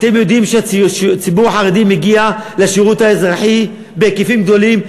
אתם יודעים שהציבור החרדי מגיע לשירות האזרחי בהיקפים גדולים,